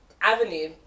avenue